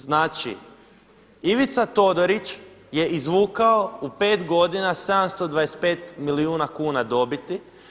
Znači Ivica Todorić je izvukao u 5 godina 725 milijuna kuna dobiti.